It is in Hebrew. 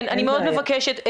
אני מאוד מבקשת.